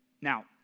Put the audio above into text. Now